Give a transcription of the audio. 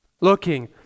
looking